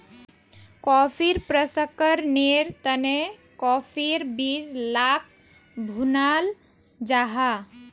कॉफ़ीर प्रशंकरनेर तने काफिर बीज लाक भुनाल जाहा